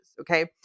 Okay